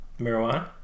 marijuana